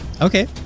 Okay